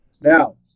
Now